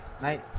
Nice